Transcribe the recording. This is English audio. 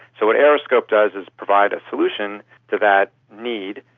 so what aeroscope does is provide a solution to that need,